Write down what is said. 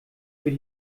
für